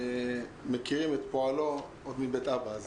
שמכירים את פועלו עוד מבית אבא,